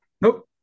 Nope